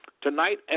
Tonight